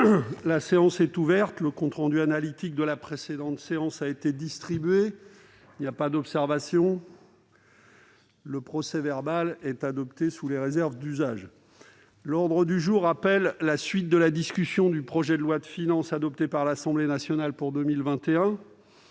La séance est ouverte. Le compte rendu analytique de la précédente séance a été distribué. Il n'y a pas d'observation ?... Le procès-verbal est adopté sous les réserves d'usage. L'ordre du jour appelle la suite de la discussion du projet de loi de finances pour 2021, adopté par l'Assemblée nationale (projet